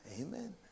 Amen